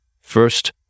First